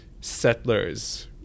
settlers